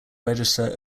register